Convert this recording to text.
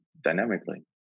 dynamically